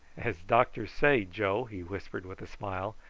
as doctors say, joe, he whispered with a smile,